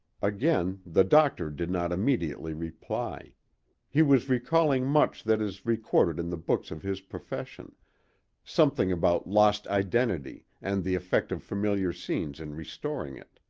again the doctor did not immediately reply he was recalling much that is recorded in the books of his profession something about lost identity and the effect of familiar scenes in restoring it.